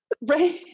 right